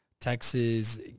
Texas